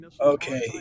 Okay